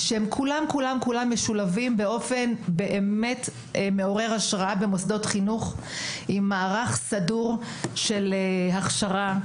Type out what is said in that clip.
כולם משולבים באופן מעורר השראה עם מערך סדור של הכשרה,